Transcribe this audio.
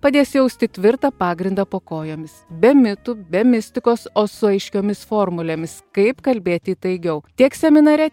padės jausti tvirtą pagrindą po kojomis be mitų be mistikos o su aiškiomis formulėmis kaip kalbėti įtaigiau tiek seminare